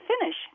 finish